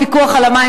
חוק הפיקוח על המים,